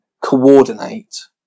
coordinate